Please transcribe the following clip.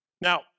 Now